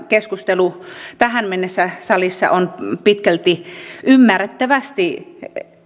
keskustelu on salissa tähän mennessä pitkälti ymmärrettävästi